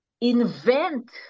invent